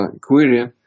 query